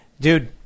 Dude